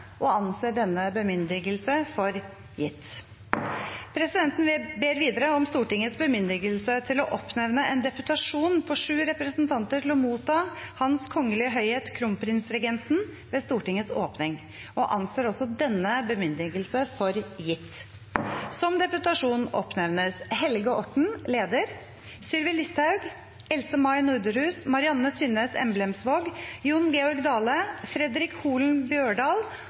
og anser denne bemyndigelse for gitt. Presidenten ber videre om Stortingets bemyndigelse til å oppnevne en deputasjon på syv representanter til å motta Hans Kongelige Høyhet Kronprinsregenten ved Stortingets åpning – og anser også denne bemyndigelse for gitt. Som deputasjon oppnevnes Helge Orten, leder, Sylvi Listhaug, Else-May Norderhus, Marianne Synnes Emblemsvåg, Jon Georg Dale, Fredric Holen Bjørdal